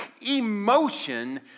emotion